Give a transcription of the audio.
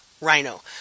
Rhino